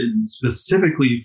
specifically